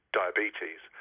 diabetes